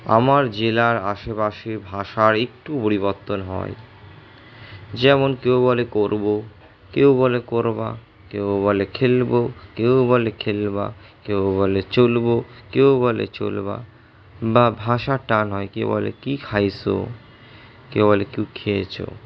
আমার জেলার আশেপাশে ভাষার একটু পরিবর্তন হয় যেমন কেউ বলে করব কেউ বলে করবা কেউ বলে খেলব কেউ বলে খেলবা কেউ বলে চলব কেউ বলে চলবা বা ভাষার টান হয় কেউ বলে কি খাইসো কেউ বলে কি খেয়েছো